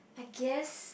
I guess